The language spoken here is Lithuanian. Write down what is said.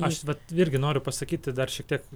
aš vat irgi noriu pasakyti dar šiek tiek